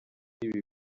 ibi